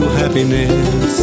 happiness